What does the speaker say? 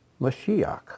Mashiach